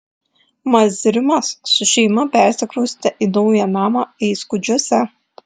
mazrimas su šeima persikraustė į naują namą eiskudžiuose